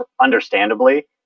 understandably